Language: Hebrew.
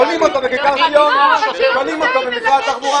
תולים אותה בכיכר ציון, תולים אותה במשרד התחבורה.